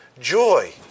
Joy